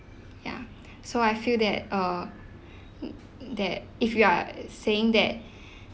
ya so I feel that err that if you are saying that